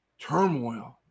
turmoil